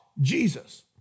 Jesus